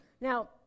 Now